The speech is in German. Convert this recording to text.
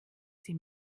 sie